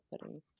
putting